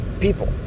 people